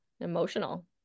emotional